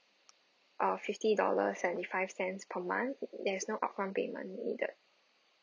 uh fifty dollars seventy five cents per month there is no upfront payment needed